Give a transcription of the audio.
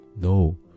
No